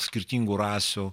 skirtingų rasių